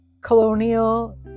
Colonial